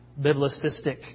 biblicistic